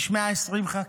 יש 120 ח"כים,